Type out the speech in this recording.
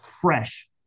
fresh